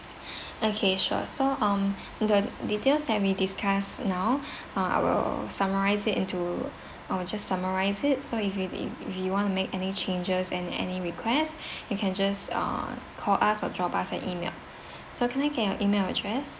okay sure so um the details that we discuss now uh I will summarize it into I will just summarize it so if you if you want to make any changes and any request you can just uh call us or drop us an email so can I get your email address